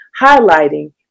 highlighting